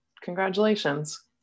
Congratulations